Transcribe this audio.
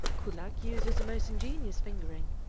kullak uses the most ingenious fingering.